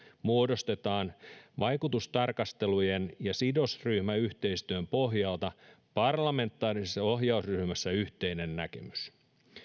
muodostetaan vaikutustarkastelujen ja sidosryhmäyhteistyön pohjalta parlamentaarisessa ohjausryhmässä yhteinen näkemys